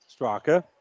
Straka